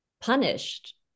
punished